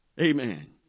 Amen